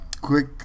quick